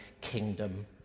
kingdom